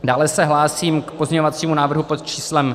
Dále se hlásím k pozměňovacímu návrhu pod číslem 5489.